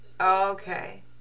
Okay